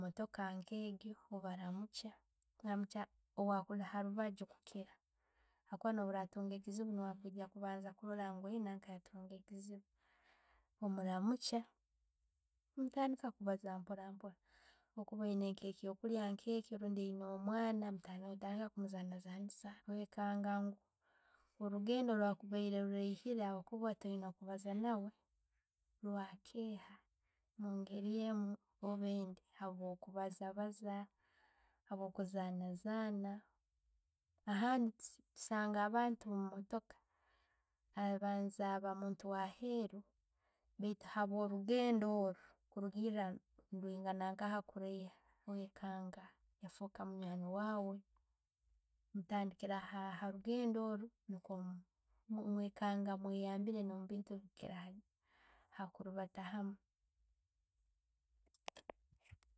Emootoka nke ejjo, obaramukya, owakuliharubaajo kukiira habwokuba nobworatunga ekiziibu nuuwe aijja kuroro ngu nanka yattunga ekizibu. Omuramukya, mutandiika kubaaza mpoora mpoora. Bwo'kuba oyine nka kyokulya nkecho rundi no'mwana mukatandiika kumuzaniisanisa, okwekanga orugendo ruraihiire habwokuba toyenda kubaaza naawe rwakeya mungeri emu orba endi obwakubaazabaaza, habwokuzaanazana. Ahandi, tu- tusanga abantu omumottoka, abanza kuba muntu waheru baitu haworugendo orwo kuliigira ne'rwingana rutta wekenga yafooka munywani waawe. Mutandikira ha- harugendo orwo, mwekanga mweyambiire no bintu ebikukirayo, hakuliibata haamu.